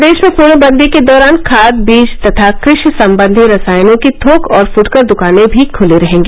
प्रदेश में पूर्णवंदी के दौरान खाद बीज तथा कृषि संबंधी रसायनों की थोक और फूटकर दुकानें भी खुली रहेंगी